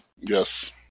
Yes